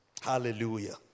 Hallelujah